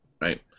right